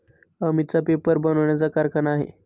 अमितचा पेपर बनवण्याचा कारखाना आहे